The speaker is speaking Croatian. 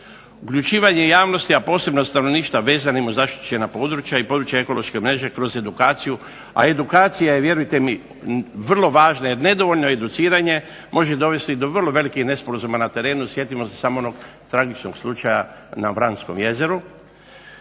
Uključivanje javnosti, a posebno stanovništva vezanim uz zaštićena područja i područja ekološke mreže kroz edukaciju, a edukacija je vjerujte mi vrlo važna, jer nedovoljno educiranje može dovesti do vrlo velikih nesporazuma na terenu, sjetimo se samo onog tragičnog slučaja na Vranskom jezeru,